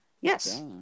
Yes